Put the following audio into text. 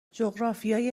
جغرافیای